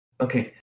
okay